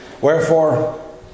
Wherefore